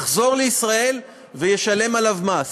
יחזרו לישראל וישלמו עליהם מס.